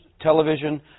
television